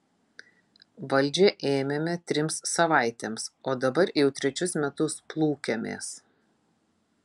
valdžią ėmėme trims savaitėms o dabar jau trečius metus plūkiamės